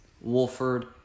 Wolford